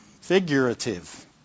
figurative